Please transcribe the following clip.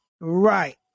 Right